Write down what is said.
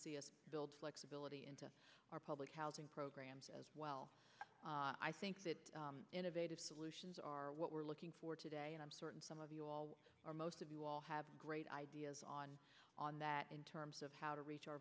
to build flexibility into our public housing programs as well i think innovative solutions are what we're looking for today and i'm certain some of you all or most of you all have great ideas on on that in terms of how to reach our